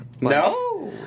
No